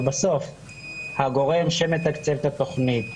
אבל בסוף הגורם שמתקצב את התוכנית,